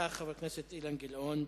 יפתח חבר הכנסת אילן גילאון,